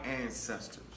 ancestors